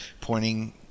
pointing